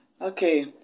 Okay